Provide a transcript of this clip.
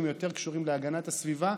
יותר קשורים להגנת הסביבה,